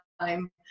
time